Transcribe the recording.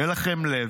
אין לכם לב.